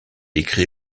écrit